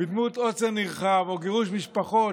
בדמות עוצר נרחב או גירוש משפחות,